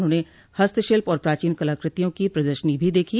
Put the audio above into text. उन्होंने हस्तशिल्प और प्राचीन कलाकृतियों की प्रदर्शनी भी देखी